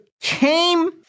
came